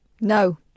No